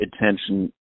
attention